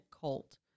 cult